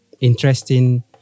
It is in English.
interesting